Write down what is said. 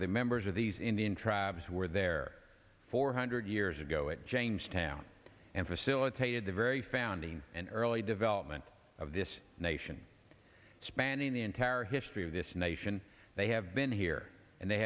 of the members of these indian try is where there four hundred years ago at jamestown and facilitated the very founding and early development of this nation spanning the entire history of this nation they have been here and they